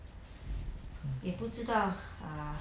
mm